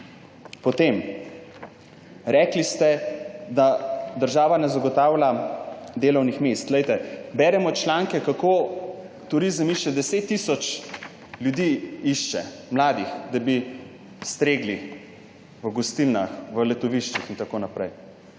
Potem ste rekli, da država ne zagotavlja delovnih mest. Glejte, beremo članke, kako turizem išče 10 tisoč ljudi, mladih, da bi stregli v gostilnah, v letoviščih in tako naprej.